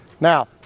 Now